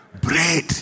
Bread